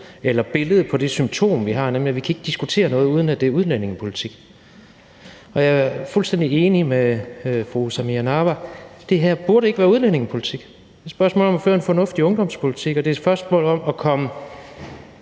et billede på det symptom, vi har, nemlig at vi ikke kan diskutere noget, uden at det er udlændingepolitik, og jeg er fuldstændig enig med fru Samira Nawa: Det her burde ikke være udlændingepolitik, det er et spørgsmål om at føre en fornuftig ungdomspolitik, og det er et spørgsmål om at komme